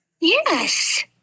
Yes